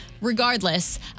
Regardless